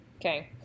Okay